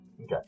Okay